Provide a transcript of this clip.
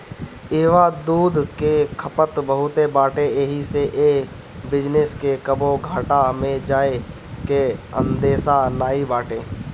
इहवा दूध के खपत बहुते बाटे एही से ए बिजनेस के कबो घाटा में जाए के अंदेशा नाई बाटे